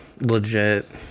legit